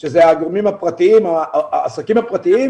שאלה הגורמים הפרטיים או העסקים הפרטיים,